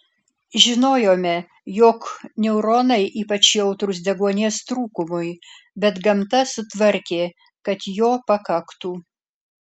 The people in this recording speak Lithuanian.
žinojome jog neuronai ypač jautrūs deguonies trūkumui bet gamta sutvarkė kad jo pakaktų